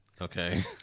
Okay